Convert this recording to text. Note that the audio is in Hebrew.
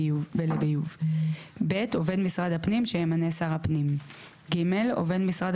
ולביוב ; (ב) עובד משרד הפנים שימנה שר הפנים ; (ג) עובד משרד